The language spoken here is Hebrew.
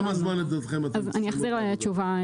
כמה זמן לדעתכם אתם צריכים לדבר הזה?